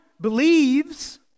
believes